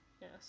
Yes